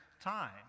time